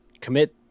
commit